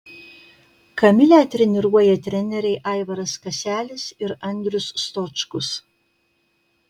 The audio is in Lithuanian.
kamilę treniruoja treneriai aivaras kaselis ir andrius stočkus